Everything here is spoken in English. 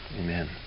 amen